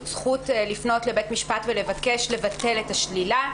זכות לפנות לבית משפט ולבקש לבטל את השלילה.